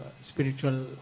spiritual